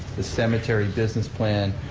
the cemetery business plan,